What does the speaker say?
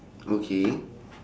okay